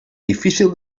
difícil